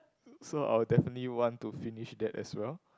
so I would definitely want to finish that as well